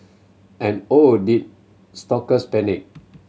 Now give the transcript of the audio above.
and oh did stalkers panic